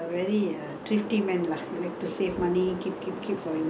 difficult my mother-in-law is very nice my father-in-law